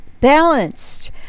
balanced